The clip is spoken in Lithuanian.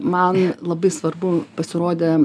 man labai svarbu pasirodė